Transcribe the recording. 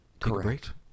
Correct